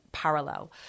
parallel